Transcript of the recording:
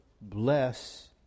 bless